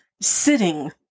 sitting